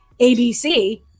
ABC